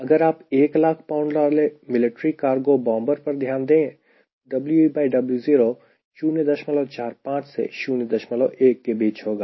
अगर 1 लाख pound वाले military cargo bomber पर ध्यान दें तो WeWo 045 से 01 के बीच होगा